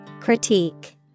Critique